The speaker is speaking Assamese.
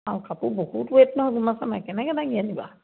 অঁ কাপোৰ বহুত ৱেট নহয় গম পাইছা নাই কেনেকৈ দাঙি আনিবা